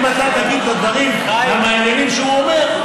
אם אתה תגיד את הדברים המעניינים שהוא אומר,